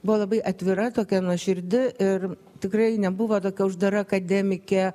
buvo labai atvira tokia nuoširdi ir tikrai nebuvo tokia uždara akademikė